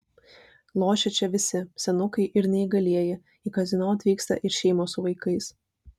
lošia čia visi senukai ir neįgalieji į kazino atvyksta ir šeimos su vaikais